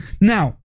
Now